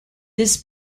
this